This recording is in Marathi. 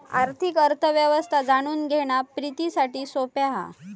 आर्थिक अर्थ व्यवस्था जाणून घेणा प्रितीसाठी सोप्या हा